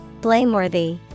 Blameworthy